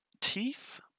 teeth